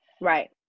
Right